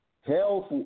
health